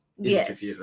Yes